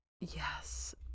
yes